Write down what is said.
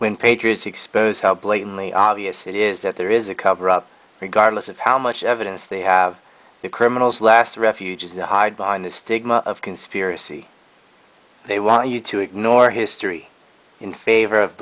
when patriots expose how blatantly obvious it is that there is a cover up regardless of how much evidence they have the criminals last refuge is the hide behind the stigma of conspiracy they want you to ignore history in favor of